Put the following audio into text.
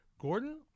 Gordon